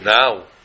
now